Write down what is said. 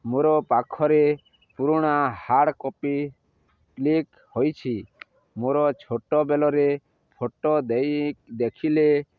ମୋର ପାଖରେ ପୁରୁଣା ହାର୍ଡ଼ କପି କ୍ଲିକ୍ ହୋଇଛି ମୋର ଛୋଟ ବେଲରେ ଫଟୋ ଦେଇ ଦେଖିଲେ